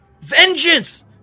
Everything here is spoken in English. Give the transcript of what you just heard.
Vengeance